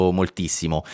moltissimo